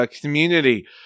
community